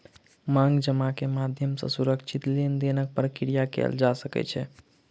मांग जमा के माध्यम सॅ सुरक्षित लेन देनक प्रक्रिया कयल जा सकै छै